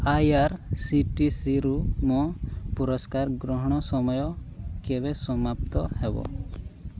ଆଇଆର୍ସିଟିସିରୁ ମୋ ପୁରସ୍କାର ଗ୍ରହଣ ସମୟ କେବେ ସମାପ୍ତ ହେବ